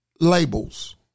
labels